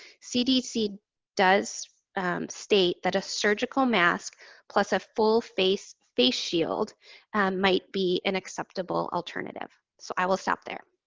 cdc does state that a surgical mask plus a full face face shield might be an acceptable alternative. so, i will stop there.